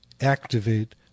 activate